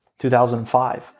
2005